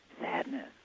sadness